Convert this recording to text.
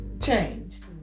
changed